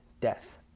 death